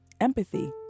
empathy